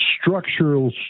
structural